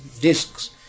discs